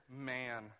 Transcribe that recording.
man